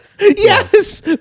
Yes